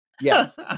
Yes